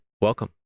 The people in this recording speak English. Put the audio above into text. welcome